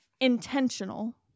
Intentional